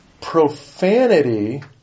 profanity